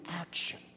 action